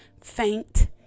faint